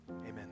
Amen